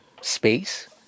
space